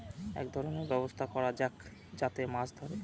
এক ধরনের ব্যবস্থা করা যাক যাতে মাছ ধরে